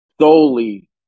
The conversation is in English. solely